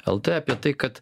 lt apie tai kad